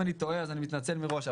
ואם אני טועה אז אני מתנצל מראש,